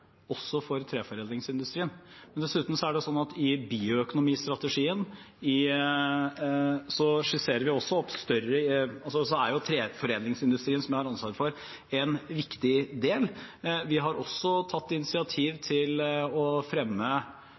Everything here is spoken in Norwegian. også for treforedlingsindustrien. Dessuten er det sånn at i bioøkonomistrategien er treforedlingsindustrien, som jeg har ansvar for, en viktig del. Vi har også tatt initiativ til å fremme